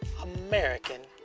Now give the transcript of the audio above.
American